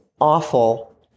awful